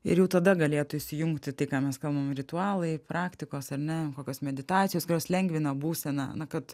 ir jau tada galėtų įsijungti į tai ką mes kalbam ritualai praktikos ar ne kokios meditacijos kurios lengvina būseną na kad